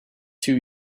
too